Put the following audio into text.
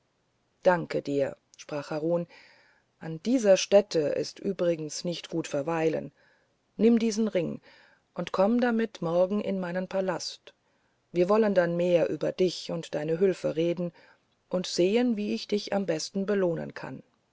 danke dir sprach harun an dieser stätte ist übrigens nicht gut weilen nimm diesen ring und komm damit morgen in meinen palast wir wollen dann mehr über dich und deine hülfe reden und sehen wie ich dich am besten belohnen kann